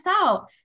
out